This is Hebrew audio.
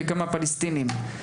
כמה בפלסטיניים,